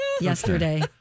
yesterday